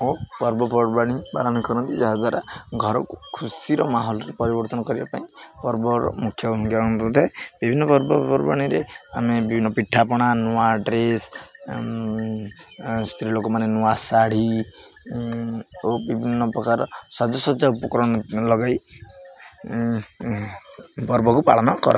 ଓ ପର୍ବପର୍ବାଣି ପାଳନ କରନ୍ତି ଯାହାଦ୍ୱାରା ଘରକୁ ଖୁସିର ମାହୋଲରେ ପରିବର୍ତ୍ତନ କରିବା ପାଇଁ ପର୍ବର ମୁଖ୍ୟ କାରଣ ହୋଇଥାଏ ବିଭିନ୍ନ ପର୍ବପର୍ବାଣିରେ ଆମେ ବିଭିନ୍ନ ପିଠାପଣା ନୂଆ ଡ୍ରେସ୍ ସ୍ତ୍ରୀ ଲୋକମାନେ ନୂଆ ଶାଢ଼ୀ ଓ ବିଭିନ୍ନ ପ୍ରକାର ସାଜସଜ୍ଜା ଉପକରଣ ଲଗାଇ ପର୍ବକୁ ପାଳନ କରନ୍ତି